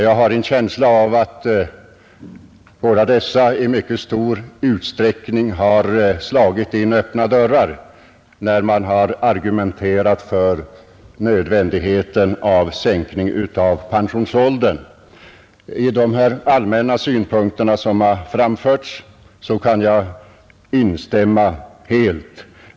Jag har en känsla av att båda dessa talare i mycket stor utsträckning har slagit in öppna dörrar när de argumenterat för nödvändigheten av en sänkning av pensionsåldern. I de allmänna synpunkter som här framförts kan jag instämma helt.